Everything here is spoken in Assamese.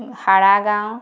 সাৰাগাঁও